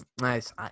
Nice